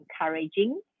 encouraging